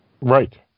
Right